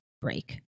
break